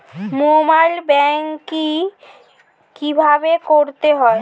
Mobile banking কীভাবে করতে হয়?